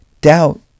Doubt